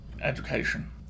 education